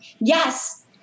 Yes